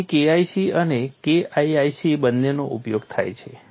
અહીં KIC અને KIIC બંનેનો ઉપયોગ થાય છે